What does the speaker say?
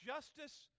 Justice